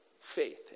faith